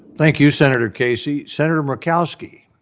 thank you, senator casey. senator murkowski?